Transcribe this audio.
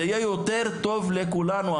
זה יהיה יותר טוב לכולנו,